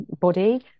body